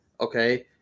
okay